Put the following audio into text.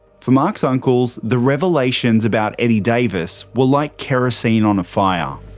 for mark's ah uncles, the revelations about eddie davis were like kerosene on a fire.